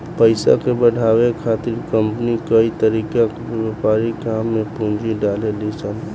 पइसा के बढ़ावे खातिर कंपनी कई तरीका के व्यापारिक काम में पूंजी डलेली सन